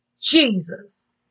Jesus